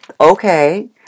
okay